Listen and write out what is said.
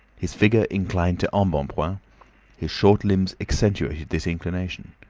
his figure inclined to embonpoint his short limbs accentuated this inclination.